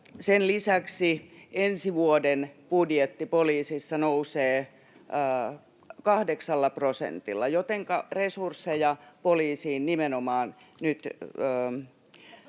Sen lisäksi ensi vuoden budjetti poliisissa nousee kahdeksalla prosentilla, jotenka resursseja poliisiin nimenomaan nyt